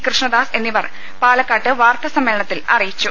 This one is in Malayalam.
കൃഷ്ണദാസ് എന്നിവർ പാലക്കാട്ട് വാർത്താ സ്മ്മേളനത്തിൽ അറിയിച്ചു